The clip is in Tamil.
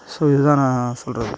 ஸோ இது தான் நான் சொல்லுறது